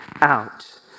out